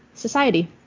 Society